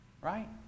Right